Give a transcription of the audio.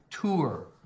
tour